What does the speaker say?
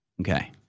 Okay